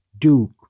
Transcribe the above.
Duke